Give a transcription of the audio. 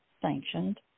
sanctioned